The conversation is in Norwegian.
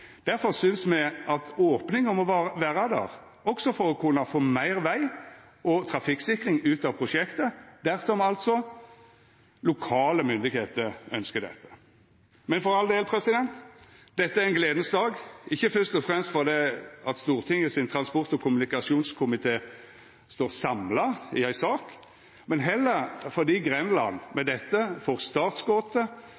Derfor synest me at opninga må vera der, også for å kunne få meir veg og trafikksikring ut av prosjektet dersom lokale myndigheiter ønskjer dette. Men for all del – dette er ein gledeleg dag, ikkje først og fremst fordi Stortingets transport- og kommunikasjonskomité står samla i ei sak, men heller fordi Grenland med